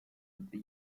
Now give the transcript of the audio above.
the